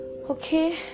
Okay